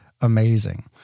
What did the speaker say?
amazing